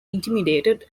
intimidated